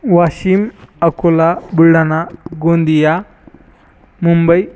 Washim Akola Buldhana Gondia Mumbai